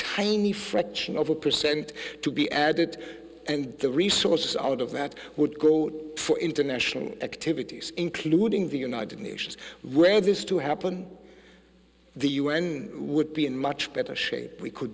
tiny fraction of a percent to be added and the resources out of that would go for international activities including the united nations read this to happen the un would be in much better shape we could